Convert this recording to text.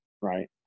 right